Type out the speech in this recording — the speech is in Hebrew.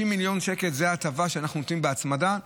60 מיליון שקל הם הטבה שאנחנו נותנים בהצמדה,